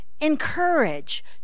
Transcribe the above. encourage